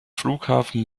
flughafen